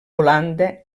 holanda